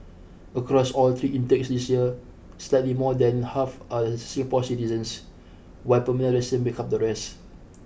across all three intakes this year slightly more than half are Singapore citizens while permanent residents make up the rest